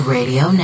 Radio